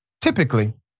typically